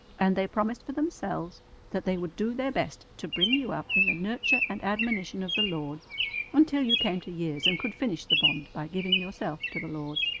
and they promised for themselves that they would do their best to bring you up in the nurture and admonition of the lord until you came to years and could finish the bond by giving yourself to the lord.